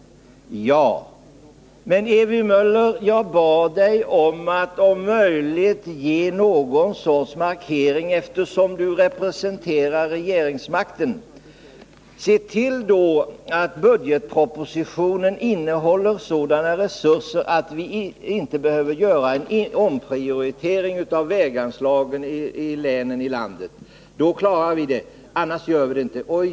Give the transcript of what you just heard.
Ja, men jag bad Ewy Möller att om möjligt göra någon sorts markering, eftersom hon representerar regeringsmakten. Se till att budgetpropositionen innehåller sådana resurser att vi inte behöver göra en omprioritering av väganslagen till länen! Då klarar vi det, men annars gör vi det inte.